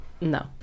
No